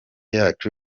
yacu